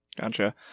Gotcha